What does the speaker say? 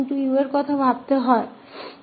तो 𝑑𝑡dua होगा तो यहाँ यह u है